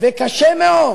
וקשה מאוד